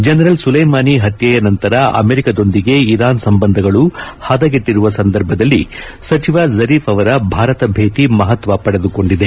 general Soleimani ಪತ್ವೆಯ ನಂತರ ಅಮೆರಿಕದೊಂದಿಗೆ ಇರಾನ್ ಸಂಬಂಧಗಳು ಹದಗೆಟ್ಲರುವ ಸಂದರ್ಭದಲ್ಲಿ ಸಚಿವ ಝರೀಫ್ ಅವರ ಭಾರತ ಭೇಟ ಮಹತ್ವ ಪಡೆದುಕೊಂಡಿದೆ